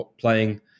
playing